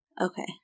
Okay